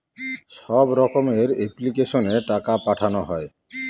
সব রকমের এপ্লিক্যাশনে টাকা পাঠানো হয়